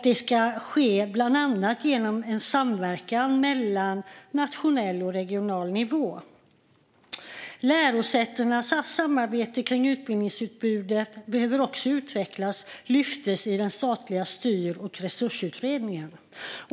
Detta ska bland annat ske genom samverkan mellan nationell och regional nivå. Att lärosätenas samarbete kring utbildningsutbudet behöver utvecklas lyftes fram i den statliga Styr och resursutredningen.